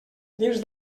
dins